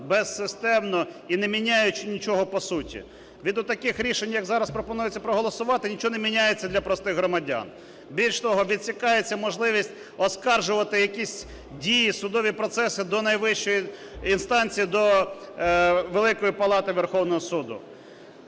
безсистемно і не міняючи нічого по суті. Від от таких рішень, як зараз пропонується проголосувати, нічого не міняється для простих громадян. Більше того, відсікається можливість оскаржувати якісь дії, судові процеси до найвищої інстанції, до Великої Палати Верховного Суду.